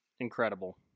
Incredible